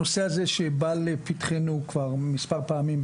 הנושא הזה שבא לפתחנו כבר מספר פעמים,